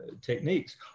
techniques